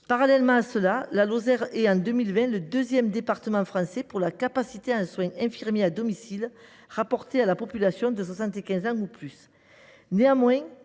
Parallèlement, toujours en 2020, la Lozère était le deuxième département français pour la capacité en soins infirmiers à domicile rapportée à la population de 75 ans ou plus.